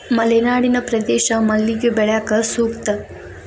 ಮಲೆನಾಡಿನ ಪ್ರದೇಶ ಮಲ್ಲಿಗೆ ಬೆಳ್ಯಾಕ ಸೂಕ್ತ